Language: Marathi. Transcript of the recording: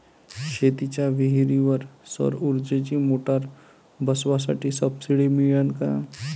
शेतीच्या विहीरीवर सौर ऊर्जेची मोटार बसवासाठी सबसीडी मिळन का?